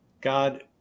God